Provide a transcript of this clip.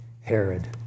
Herod